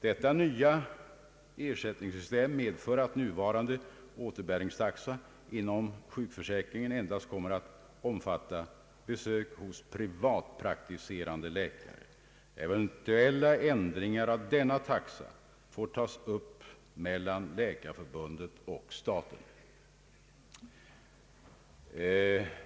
Detta nya ersättningssystem medför att nuvarande återbäringstaxa inom sjukförsäkringen endast kommer att omfatta besök hos privatpraktiserande läkare. Eventuella ändringar av denna taxa får tas upp mellan Sveriges Läkarförbund och staten.